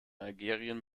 algerien